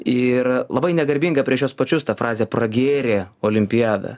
ir labai negarbinga prieš juos pačius tą frazę pragėrė olimpiadą